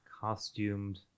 costumed